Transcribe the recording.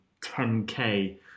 10k